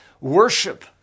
worship